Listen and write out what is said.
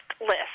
list